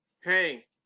Hey